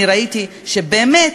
ראיתי שבאמת,